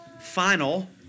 final